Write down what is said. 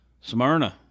Smyrna